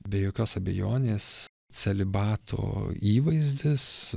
be jokios abejonės celibato įvaizdis